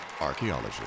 Archaeology